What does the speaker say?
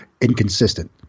inconsistent